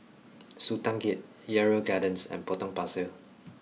Sultan Gate Yarrow Gardens and Potong Pasir